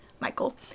Michael